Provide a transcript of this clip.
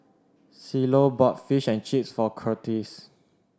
Cielo bought Fish and Chips for Kurtis